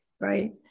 right